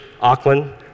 Auckland